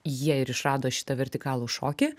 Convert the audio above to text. jie ir išrado šitą vertikalų šokį